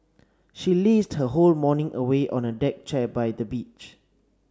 she lazed her whole morning away on a deck chair by the beach